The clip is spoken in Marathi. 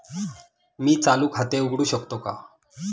मी चालू खाते उघडू शकतो का?